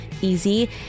easy